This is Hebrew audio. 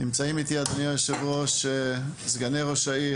נמצאים איתי סגני ראש העיר,